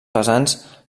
pesants